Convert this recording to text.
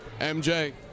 MJ